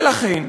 ולכן,